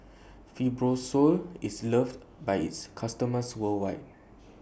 Fibrosol IS loved By its customers worldwide